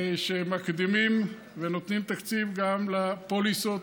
שמקדימים ונותנים תקציב לפוליסות,